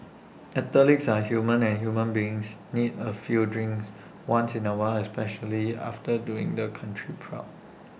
athletes are human and human beings need A few drinks once in A while especially after doing the country proud